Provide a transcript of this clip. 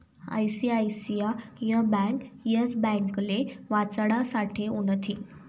ICICI bank Yes ब्यांकले वाचाडासाठे उनथी